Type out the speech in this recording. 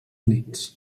units